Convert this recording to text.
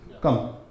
Come